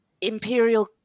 Imperial